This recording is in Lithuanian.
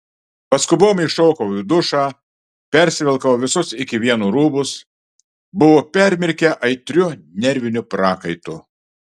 paskubom įšokau į dušą persivilkau visus iki vieno rūbus buvo permirkę aitriu nerviniu prakaitu